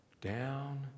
Down